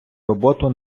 роботу